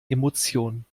emotion